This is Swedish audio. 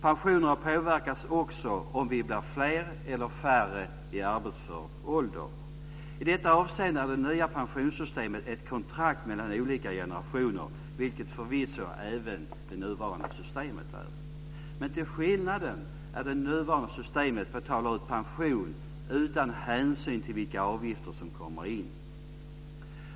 Pensionerna påverkas också av om vi blir fler eller färre i arbetsför ålder. I detta avseende är det nya pensionssystemet ett kontrakt mellan olika generationer, vilket förvisso även det nuvarande systemet är. Skillnaden är att det nuvarande systemet betalar ut pension utan hänsyn till vilka avgifter som kommer in.